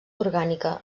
orgànica